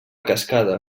cascada